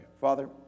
Father